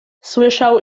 słyszał